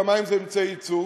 כשהמים זה אמצעי הייצור,